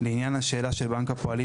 לעניין השאלה של בנק הפועלים,